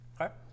Okay